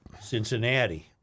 Cincinnati